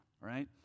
right